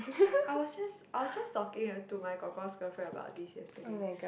I was just I was just talking to my korkor's girlfriend about this yesterday